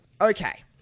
okay